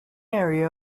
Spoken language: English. area